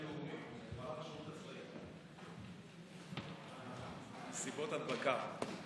מסיבות הדבקה.